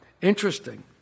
Interesting